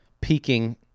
peaking